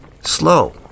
Slow